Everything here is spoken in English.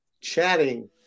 chatting